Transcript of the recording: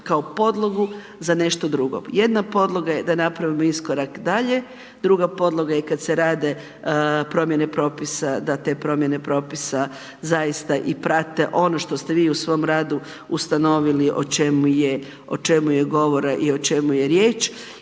kao podlogu za nešto drugo, jedna podloga je da napravimo iskorak dalje, druga podloga je kad se rade promjene propisa, da te promjene propisa zaista i prate ono što ste vi u svom radu ustanovili o čemu je govora i o čemu je riječ